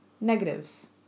negatives